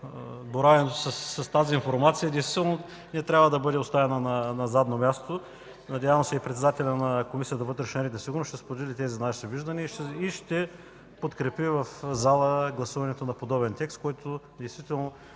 Боравенето с тази информация действително не трябва да бъде оставено на задно място. Надявам се и председателят на Комисията по вътрешен ред и сигурност ще сподели тези наши виждания и ще подкрепи в залата гласуването на подобен текст, който действително